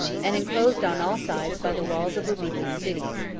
and enclosed on all sides by the walls of obedient cities.